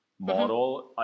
model